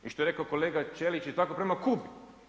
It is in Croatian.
I što je rekao kolega Ćelić i tako prema Kubi.